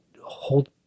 hold